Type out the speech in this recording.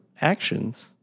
actions